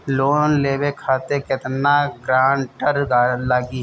Loan लेवे खातिर केतना ग्रानटर लागी?